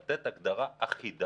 לתת הגדרה אחידה